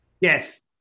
Yes